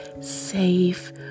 safe